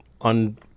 on